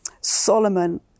Solomon